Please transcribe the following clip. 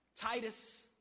Titus